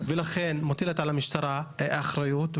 לכן מוטלת על המשטרה אחריות,